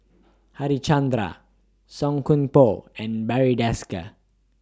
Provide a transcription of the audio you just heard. Harichandra Song Koon Poh and Barry Desker